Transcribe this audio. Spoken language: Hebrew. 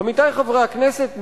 עמיתי חברי הכנסת,